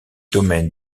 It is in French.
domaines